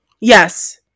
Yes